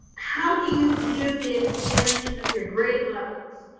how do you view the expansion of your grade levels?